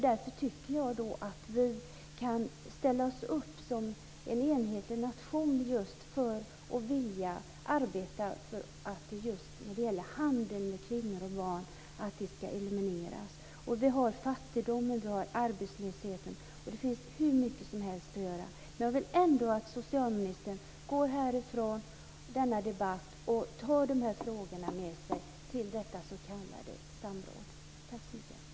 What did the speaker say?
Därför tycker jag att vi kan ställa oss upp som en enhetlig nation just för att vilja arbeta för att eliminera handeln med kvinnor och barn. Vi har frågan om fattigdomen, och vi har arbetslösheten. Det finns hur mycket som helst att göra. Jag vill att socialministern går från denna debatt och tar de här frågorna med sig till det s.k. samrådet. Tack så mycket!